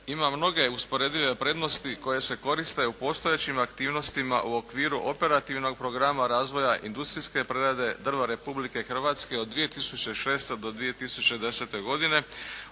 ima mnoge usporedive prednosti koje se koriste u postojećim aktivnostima u okviru operativnog programa razvoja industrijske prerade drva Republike Hrvatske od 2006. do 2010. godine